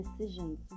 decisions